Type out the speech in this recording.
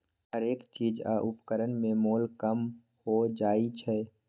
हरेक चीज आ उपकरण में मोल कम हो जाइ छै